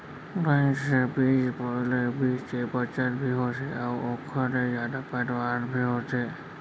line से बीज बोए ले बीच के बचत भी होथे अउ ओकर ले जादा पैदावार भी होथे